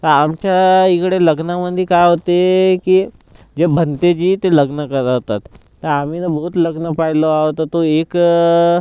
तर आमच्या इकडं लग्नामधे काय होते की जे भंतेजी ते लग्न करवतात तर आम्ही न बहुत लग्न पाहिलं होता तो एक